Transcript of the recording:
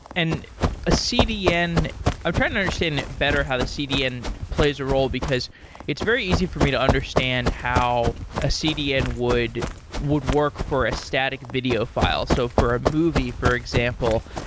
and a cdn i'm trying to understand better how the cdn plays a role, because it's very easy for me to understand how a cdn would would work for a static video file. so for a movie, for example,